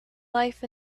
life